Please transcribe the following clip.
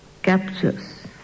captures